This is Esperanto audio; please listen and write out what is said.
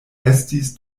estis